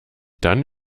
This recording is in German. dann